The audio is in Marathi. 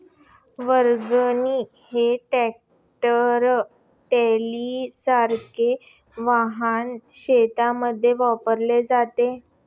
वॅगन हे ट्रॅक्टर ट्रॉलीसारखे वाहन शेतीमध्ये वापरले जाते